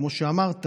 כמו שאמרת,